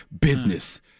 business